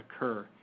occur